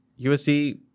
USC